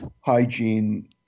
hygiene